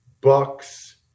Bucks